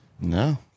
No